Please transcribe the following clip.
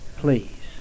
Please